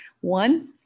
One